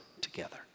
together